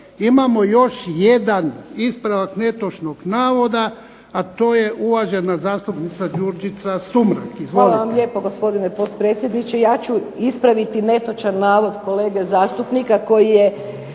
Imamo još jedan ispravak netočnog navoda, a to je uvažena zastupnica Đurđica Sumrak. Izvolite. **Sumrak, Đurđica (HDZ)** Hvala vam lijepa gospodine potpredsjedniče. Ja ću ispraviti netočan navod kolege zastupnika koji je